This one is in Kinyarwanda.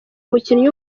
umukinnyi